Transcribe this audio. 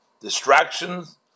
distractions